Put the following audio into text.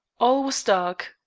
all was dark,